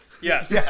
Yes